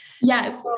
Yes